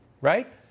Right